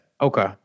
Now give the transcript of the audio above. Okay